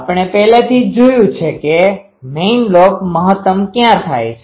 આપણે પહેલેથી જ જોયું છે કે મેઈન લોબ મહત્તમ ક્યાં થાય છે